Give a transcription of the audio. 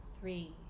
three